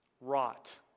Rot